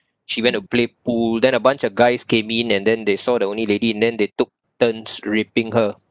she went to play pool then a bunch of guys came in and then they saw the only lady then they took turns raping her